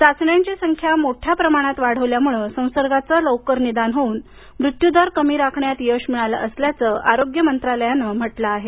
चाचण्यांची संख्या मोठ्या प्रमाणात वाढवल्यामुळे संसर्गाचं लवकर निदान होऊन मृत्यूदर कमी राखण्यात यश मिळालं असल्याचं आरोग्य मंत्रालयानं म्हटलं आहे